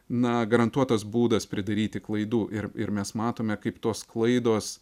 na garantuotas būdas pridaryti klaidų ir ir mes matome kaip tos klaidos